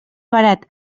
barat